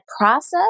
process